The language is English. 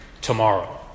Tomorrow